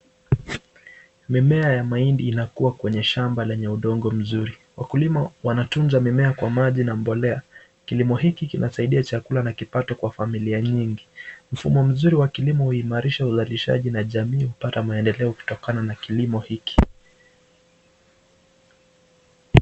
Mimea ya mahindi inakua kwenye shamba lenye udongo mzuri. Wakulima wanatunza mimea kwa maji na mbolea. Kilimo hiki inasaidia chakula na kipato kwa familia mingi. Mfumo mzuri wa kilimo huimarisha uzalishaji na jamii kupata maendeleo kutokana na kilimo hiki.